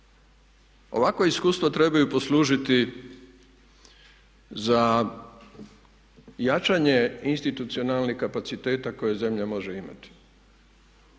ovakva iskustva trebaju poslužiti za jačanje institucionalnih kapaciteta koje zemlja može imati.